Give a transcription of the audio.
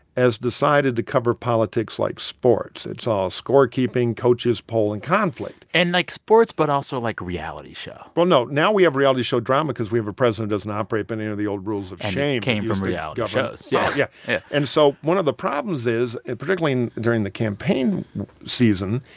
has decided to cover politics like sports. it's all scorekeeping, coaches, poll and conflict and, like sports, but also like a reality show well, no. now we have reality show drama cause we have a president who doesn't operate by any of the old rules of shame. and came from reality ah shows yeah. yeah yeah and so one of the problems is, and particularly during the campaign season,